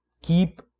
keep